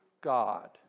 God